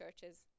churches